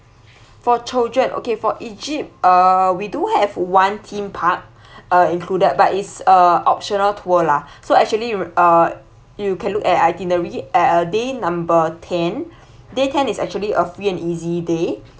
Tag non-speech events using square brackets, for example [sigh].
for children okay for egypt uh we do have one theme park [breath] uh included but it's a optional tour lah so actually you uh you can look at itinerary uh uh day number ten day ten is actually a free and easy day